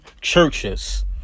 churches